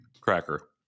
cracker